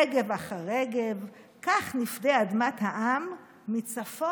/ רגב אחר רגב, / כך נפדה אדמת העם / מצפון